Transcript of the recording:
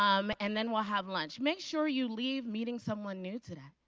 um and then we'll have lunch. make sure you leave meeting someone new today.